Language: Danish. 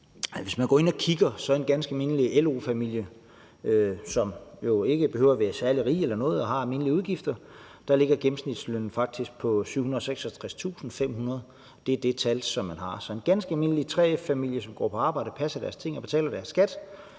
Hvis man går ind og kigger på sådan en ganske almindelig LO-familie, som jo ikke behøver at være særlig rig eller noget, og som har almindelige udgifter, ser man, at der ligger gennemsnitslønnen faktisk på 766.500 kr., og det er det tal, som man har. Så hvis de er en ganske almindelig 3F-familie, som går på arbejde og passer deres ting og betaler deres skat,